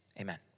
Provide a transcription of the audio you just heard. amen